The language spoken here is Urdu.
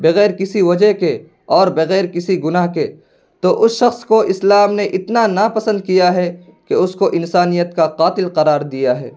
بغیر کسی وجہ کے اور بغیر کسی گناہ کے تو اس شخص کو اسلام نے اتنا نا پسند کیا ہے کہ اس کو انسانیت کا قاتل قرار دیا ہے